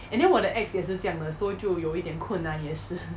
and then 我的 ex 也是这样的 so 就有一点困难也是